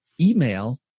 email